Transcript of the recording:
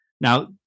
Now